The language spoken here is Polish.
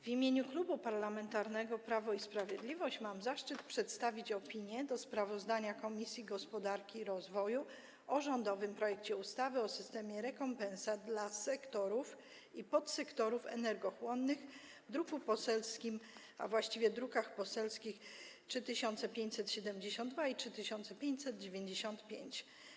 W imieniu Klubu Parlamentarnego Prawo i Sprawiedliwość mam zaszczyt przedstawić opinię wobec sprawozdania Komisji Gospodarki i Rozwoju o rządowym projekcie ustawy o systemie rekompensat dla sektorów i podsektorów energochłonnych, druki poselskie nr 3572 i 3595.